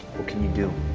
what can you do.